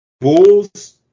Bulls